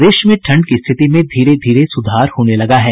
प्रदेश में ठंड की स्थिति में धीरे धीरे सुधार होने लगा है